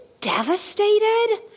devastated